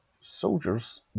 soldier's